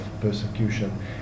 persecution